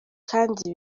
kandi